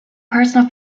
personal